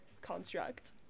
construct